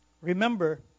remember